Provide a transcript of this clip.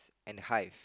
and hive